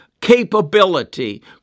capability